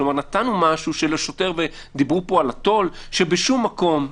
כלומר נתנו משהו שלשוטר ודיברו פה על התו"ל שבשום מקום,